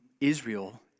israel